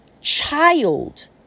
child